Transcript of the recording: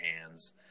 hands